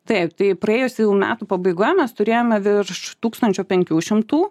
taip tai praėjusių jau metų pabaigoje mes turėjome virš tūkstančio penkių šimtų